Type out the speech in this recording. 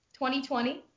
2020